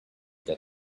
that